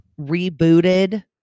rebooted